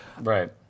Right